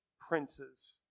princes